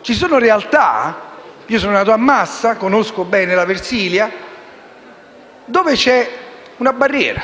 Ci sono realtà - io sono nato a Massa e conosco bene la Versilia - dove c'è una barriera.